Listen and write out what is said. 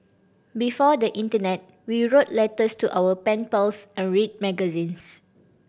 before the internet we wrote letters to our pen pals and read magazines